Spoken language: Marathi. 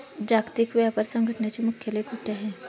जागतिक व्यापार संघटनेचे मुख्यालय कुठे आहे?